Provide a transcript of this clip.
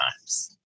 times